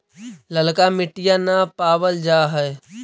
ललका मिटीया न पाबल जा है?